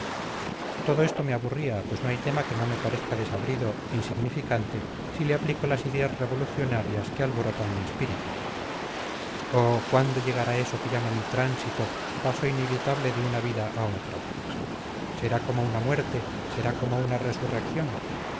todo esto me aburría pues no hay tema que no me parezca desabrido insignificante si le aplico las ideas revolucionarias que alborotan mi espíritu oh cuándo llegará eso que llamo mi tránsito paso inevitable de una vida a otra será como una muerte será como una resurrección